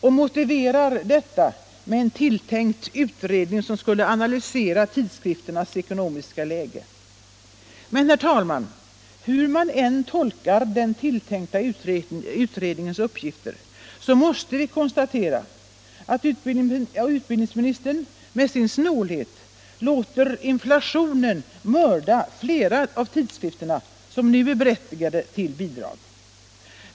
och motiverar det med en tilltänkt utredning som skulle analysera tidskrifternas ekonomiska läge. Men, herr talman, hur man än tolkar den tilltänkta utredningens uppgifter måste vi konstatera att utbildningsministern med sin snålhet låter inflationen mörda flera tidskrifter som nu är berättigade till bidrag.